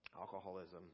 alcoholism